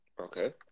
Okay